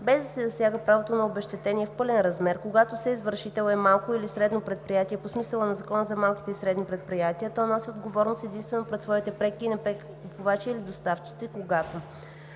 „Без да се засяга правото на обезщетение в пълен размер, когато съизвършител е малко или средно предприятие по смисъла на Закона за малките и средните предприятия, то носи отговорност единствено пред своите преки и непреки купувачи или доставчици, когато:“